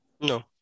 no